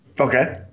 Okay